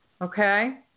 okay